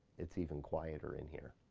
it's even quieter in here.